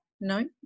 No